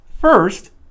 First